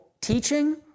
teaching